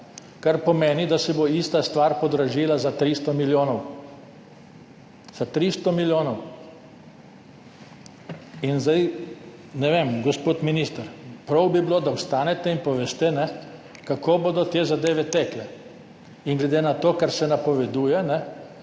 kar pomeni, da se bo ista stvar podražila za 300 milijonov. Za 300 milijonov. In zdaj, ne vem, gospod minister, prav bi bilo, da ostanete in poveste, kako bodo te zadeve tekle, in glede na to kar se napoveduje,